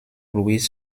louis